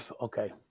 Okay